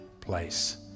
place